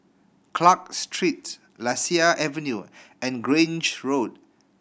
Clarke Street Lasia Avenue and Grange Road